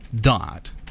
dot